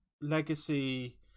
legacy